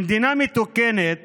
במדינה מתוקנת